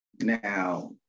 Now